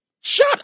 Shut